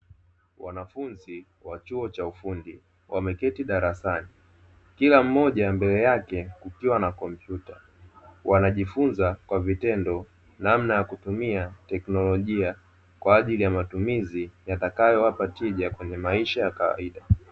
Wanafunzi wa chuo cha ufundi wameketi darasani kila mmoja mbele yake akiwa na kompyuta, wanajifunza kwa vitendo namna ya kutumia teknolojia kwa ajili ya matumizi yatakayowapa tija kwenye maisha ya kawaida.